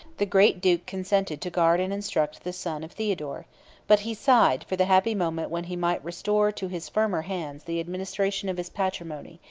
the great duke consented to guard and instruct the son of theodore but he sighed for the happy moment when he might restore to his firmer hands the administration of his patrimony,